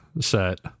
set